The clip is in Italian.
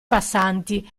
passanti